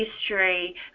history